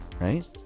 right